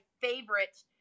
favorite